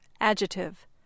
adjective